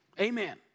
Amen